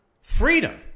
freedom